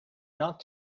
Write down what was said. not